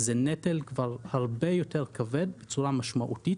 זה נטל הרבה יותר כבד בצורה משמעותית.